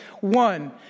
One